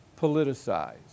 politicized